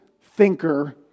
thinker